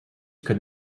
could